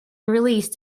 released